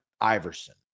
Iverson